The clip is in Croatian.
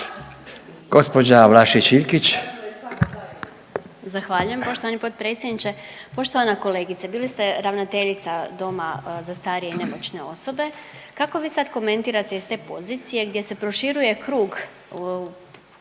Gospođa Vlašić Iljkić.